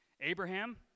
Abraham